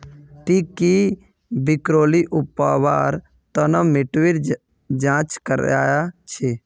ती की ब्रोकली उगव्वार तन मिट्टीर जांच करया छि?